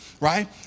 right